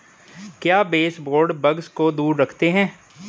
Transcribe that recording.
क्या baseboard bugs को दूर रखते हैं?